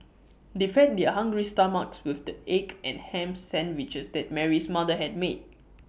they fed their hungry stomachs with the egg and Ham Sandwiches that Mary's mother had made